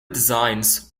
designs